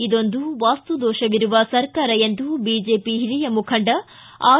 ಇದೊಂದು ವಾಸ್ತು ದೋಷವಿರುವ ಸರ್ಕಾರ ಎಂದು ಬಿಜೆಪಿ ಹಿರಿಯ ಮುಖಂಡ ಆರ್